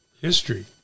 history